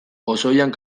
pozoian